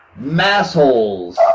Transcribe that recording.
Massholes